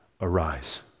arise